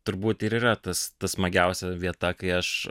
turbūt ir yra tas smagiausia vieta kai aš